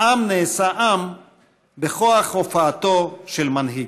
שעם נעשה עם בכוח הופעתו של מנהיג.